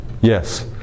Yes